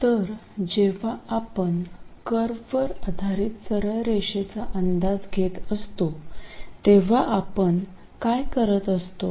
तर जेव्हा आपण कर्ववर आधारित सरळ रेषेचा अंदाज घेत असतो तेव्हा आपण काय करत असतो